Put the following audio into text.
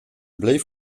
bleef